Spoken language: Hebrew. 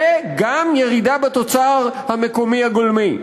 וגם לירידה בתוצר המקומי הגולמי.